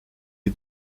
est